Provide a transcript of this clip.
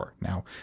Now